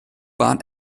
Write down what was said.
bahn